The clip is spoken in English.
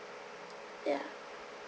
ya